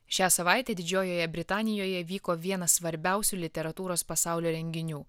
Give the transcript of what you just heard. šią savaitę didžiojoje britanijoje vyko vienas svarbiausių literatūros pasaulio renginių